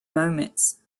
moments